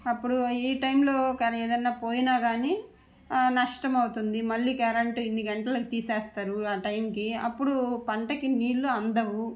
అప్పుడు ఈ టైంలో ఒకవేళ ఏదైనా పోయినా గాని నష్టమవుతుంది మళ్ళీ కరెంటు ఇన్ని గంటలకు తీసేస్తారు ఆ టైంకి అప్పుడు పంటకి నీళ్ళు అందవు